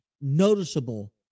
noticeable